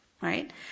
right